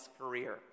career